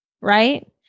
right